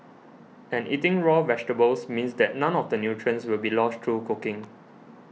and eating raw vegetables means that none of the nutrients will be lost through cooking